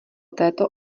této